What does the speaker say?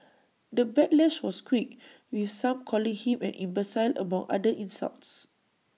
the backlash was quick with some calling him an imbecile among other insults